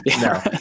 no